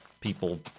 people